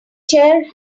chair